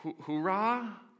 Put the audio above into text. Hoorah